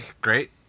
great